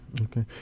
Okay